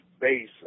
base